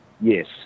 yes